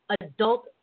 adult